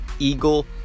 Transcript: Eagle